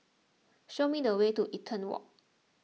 show me the way to Eaton Walk